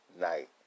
night